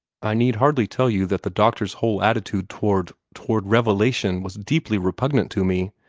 i need hardly tell you that the doctor's whole attitude toward toward revelation was deeply repugnant to me.